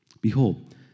Behold